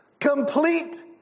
complete